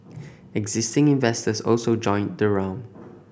existing investors also joined the round